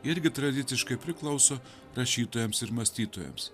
irgi tradiciškai priklauso rašytojams ir mąstytojams